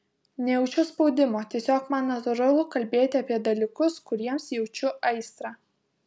nejaučiu spaudimo tiesiog man natūralu kalbėti apie dalykus kuriems jaučiu aistrą